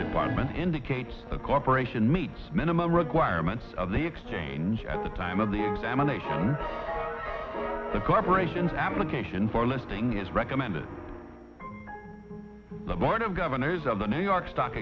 environment indicates a corporation meets minimum requirements of the exchange at the time of the examination the corporation's application for listing is recommended the board of governors of the new york stock